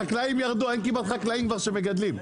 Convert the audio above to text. החקלאים ירדו, כמעט ואין חקלאים שמגדלים.